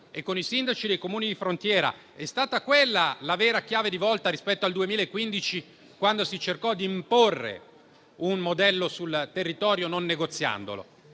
e con i sindaci dei Comuni di frontiera. È stata quella la vera chiave di volta rispetto al 2015, quando si cercò di imporre un modello sul territorio non negoziandolo